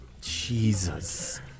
Jesus